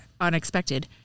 unexpected